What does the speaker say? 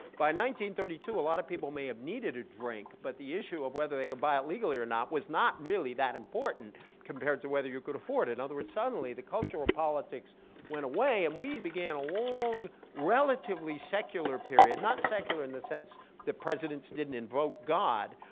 thirty two, a lot of people may have needed a drink, but the issue of whether they could buy it legally or not was not really that important compared to whether you could afford it. in other words, suddenly the culture of politics went away and we began a long relatively secular period. not secular in the sense that presidents didn't invoke god,